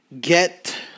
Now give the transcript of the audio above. get